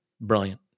Brilliant